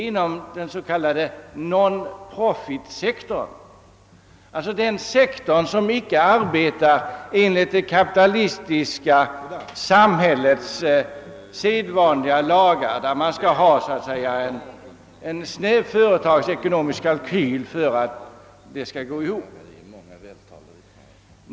Inom denna sektor arbetar man inte enligt det kapitalistiska samhällets sedvanliga lagar med snäva företagsekonomiska kalkyler.